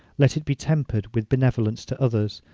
let it be tempered with benevolence to others,